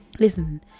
Listen